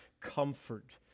comfort